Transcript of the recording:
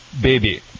Baby